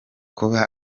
kuba